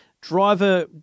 driver